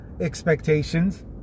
expectations